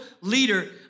leader